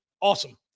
awesome